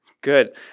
Good